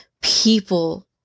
people